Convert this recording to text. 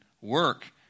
work